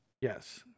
Yes